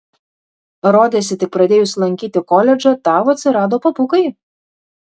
rodėsi tik pradėjus lankyti koledžą tau atsirado papukai